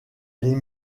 les